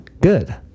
good